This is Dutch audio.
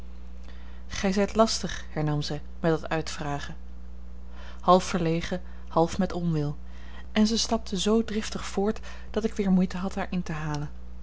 zijt lastig hernam zij met dat uitvragen half verlegen half met onwil en zij stapte zoo driftig voort dat ik weer moeite had haar in te halen